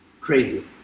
crazy